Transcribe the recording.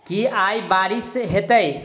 की आय बारिश हेतै?